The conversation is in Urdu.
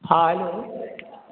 ہاں ہیلو